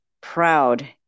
proud